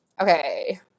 Okay